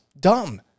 dumb